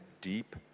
deep